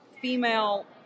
female